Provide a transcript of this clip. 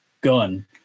gun